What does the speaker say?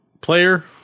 player